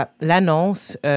l'annonce